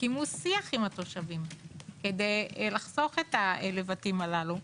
שקיימו שיח עם התושבים כדי לחסוך את הלבטים הללו,